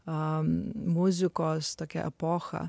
a muzikos tokią epochą